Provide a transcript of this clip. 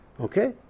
okay